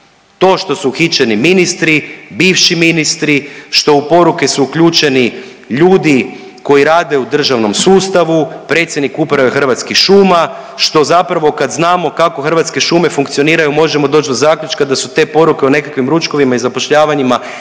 To što su uhićeni ministri, bivši ministri, što u poruke su uključeni ljudi koji rade u državnom sustavu, predsjednik Uprave Hrvatskih šuma, što zapravo, kad znamo kako Hrvatske šume funkcioniraju, možemo doći do zaključka da su te poruke u nekakvim ručkovima i zapošljavanjima mila